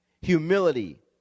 humility